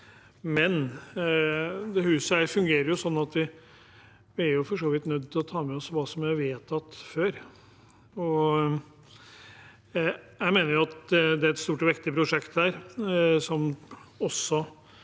men dette huset fungerer jo sånn at vi for så vidt er nødt til å ta med oss hva som er vedtatt før. Jeg mener at dette er et stort og viktig prosjekt. Som